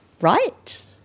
right